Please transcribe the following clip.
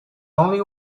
only